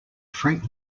frank